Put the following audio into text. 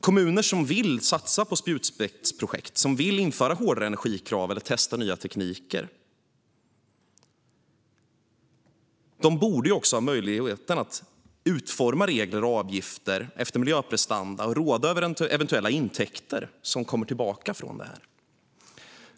Kommuner som vill satsa på spjutspetsprojekt, som vill införa hårdare energikrav eller testa nya tekniker, borde ha möjlighet att utforma regler och avgifter efter miljöprestanda och råda över eventuella intäkter som detta ger.